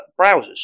browsers